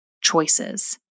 choices